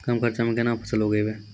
कम खर्चा म केना फसल उगैबै?